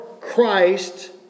Christ